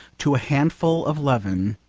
to a handful of leaven,